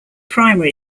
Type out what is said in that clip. primary